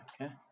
Okay